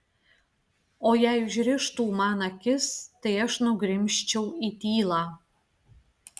o jei užrištų man akis tai aš nugrimzčiau į tylą